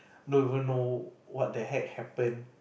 don't even know what the heck happen